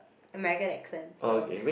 American accent so